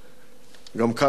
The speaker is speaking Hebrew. גם כאן, בתמונה,